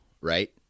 right